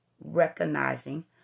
recognizing